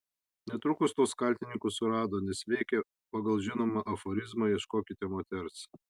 netrukus tuos kaltininkus surado nes veikė pagal žinomą aforizmą ieškokite moters